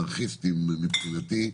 אנרכיסטים מבחינתי,